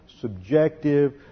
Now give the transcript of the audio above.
subjective